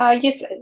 Yes